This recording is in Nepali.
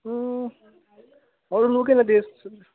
अरू लगेन बेस